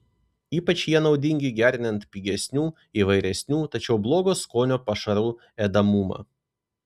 ypač jie naudingi gerinant pigesnių įvairesnių tačiau blogo skonio pašarų ėdamumą